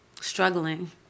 struggling